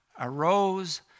arose